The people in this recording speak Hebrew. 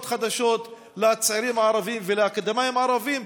חדשות לצעירים הערבים ולאקדמאים הערבים,